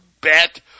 bet